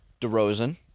DeRozan